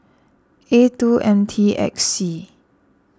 A two M T X C